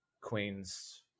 Queens